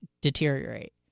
deteriorate